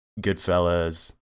Goodfellas